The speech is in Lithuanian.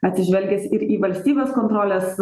atsižvelgęs ir į valstybės kontrolės